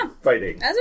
fighting